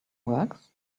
works